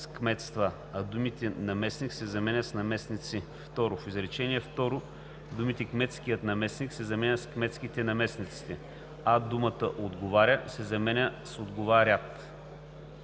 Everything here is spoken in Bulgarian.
а думата „наместник“ се заменя с „наместници“. 2. В изречение второ думите „Кметският наместник“ се заменят с „Кметските наместници“, а думата „отговаря“ се заменя с „отговарят“.